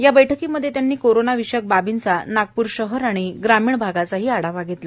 या बैठकीमध्ये त्यांनी कोरोना विषयक बाबींचा नागपूर शहर व ग्रामीण भागाचा आढावा घेतला